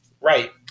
right